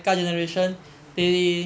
mmhmm mm mm mm